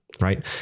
Right